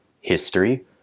History